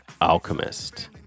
Alchemist